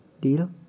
Deal